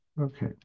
Okay